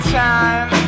time